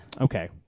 Okay